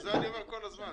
זה אני אומר כל הזמן.